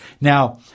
Now